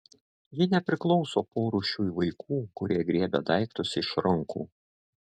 ji nepriklauso porūšiui vaikų kurie griebia daiktus iš rankų